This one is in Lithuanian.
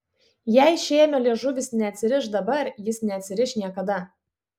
jei šėmio liežuvis neatsiriš dabar jis neatsiriš niekada